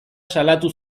salatu